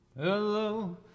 Hello